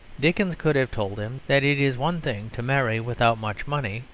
dickens could have told them that it is one thing to marry without much money,